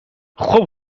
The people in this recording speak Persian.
خوب